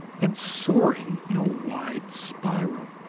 and soaring in a wide spiral.